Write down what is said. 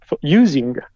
using